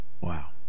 Wow